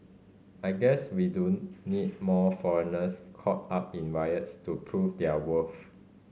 I guess we do need more foreigners caught up in riots to prove their worth